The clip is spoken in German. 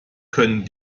können